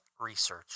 research